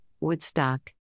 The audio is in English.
Woodstock